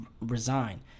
resign